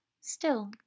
Still